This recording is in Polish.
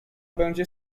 będzie